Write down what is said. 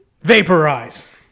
Vaporize